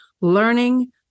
learning